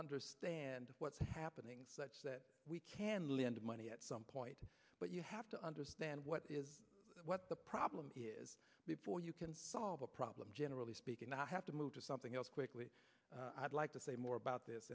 understand what's happening that we can lend money at some point but you have to understand what is what the problem is before you can solve a problem generally speaking i have to move to something else quickly i'd like to say more about this